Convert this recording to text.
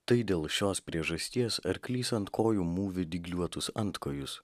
tai dėl šios priežasties arklys ant kojų mūviu dygliuotus antkojus